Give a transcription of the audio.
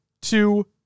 two